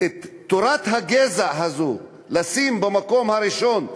לשים את תורת הגזע הזו במקום הראשון,